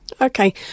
Okay